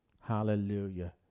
Hallelujah